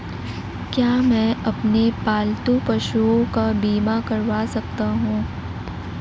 क्या मैं अपने पालतू पशुओं का बीमा करवा सकता हूं?